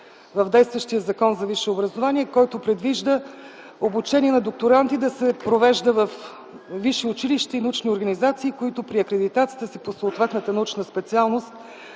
в действащия Закон за висшето образование, който предвижда обучение на докторанти да се провежда във висши училища и научни организации, които при акредитацията си по съответната научна специалност